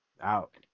out